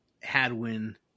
Hadwin